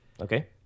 Okay